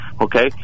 Okay